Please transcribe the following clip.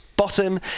bottom